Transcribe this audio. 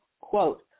quote